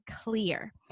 clear